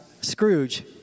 Scrooge